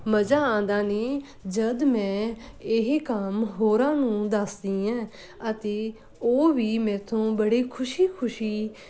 ਮਜ਼ਾ ਆਉਂਦਾ ਨੇ ਜਦ ਮੈਂ ਇਹ ਕੰਮ ਹੋਰਾਂ ਨੂੰ ਦੱਸਦੀ ਐਂ ਅਤੇ ਉਹ ਵੀ ਮੇਰੇ ਤੋਂ ਬੜੇ ਖੁਸ਼ੀ ਖੁਸ਼ੀ